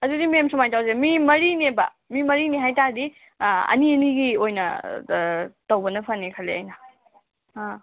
ꯑꯗꯨꯗꯤ ꯃꯦꯝ ꯁꯨꯃꯥꯏꯅ ꯇꯧꯔꯁꯦ ꯃꯤ ꯃꯔꯤꯅꯦꯕ ꯃꯤ ꯃꯔꯤꯅꯤ ꯍꯥꯏꯇꯥꯔꯗꯤ ꯑꯅꯤ ꯑꯅꯤꯒꯤ ꯑꯣꯏꯅ ꯇꯧꯕꯅ ꯐꯅꯤ ꯈꯜꯂꯦ ꯑꯩꯅ ꯑꯥ